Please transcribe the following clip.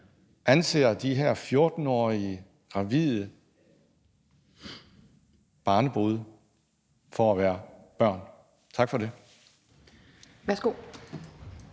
anser de her 14-årige gravide barnebrude for at være børn. Tak for det.